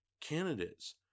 candidates